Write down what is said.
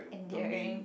endearing